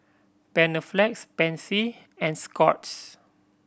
Panaflex Pansy and Scott's